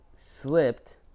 slipped